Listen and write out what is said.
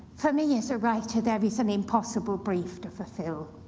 for me, as a writer, there is an impossible brief to fulfill.